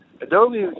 Adobe